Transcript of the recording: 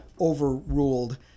overruled